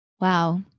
Wow